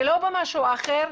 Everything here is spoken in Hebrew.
ולא במשהו אחר.